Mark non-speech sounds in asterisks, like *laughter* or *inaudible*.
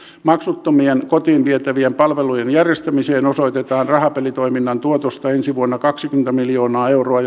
maksuttomien kotiin vietävien palveluiden järjestämiseen osoitetaan rahapelitoiminnan tuotosta ensi vuonna kaksikymmentä miljoonaa euroa *unintelligible*